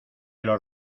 los